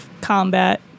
combat